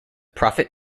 prophet